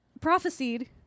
prophesied